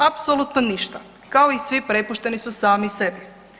Apsolutno ništa, kao i svi prepušteni su sami sebi.